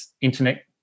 internet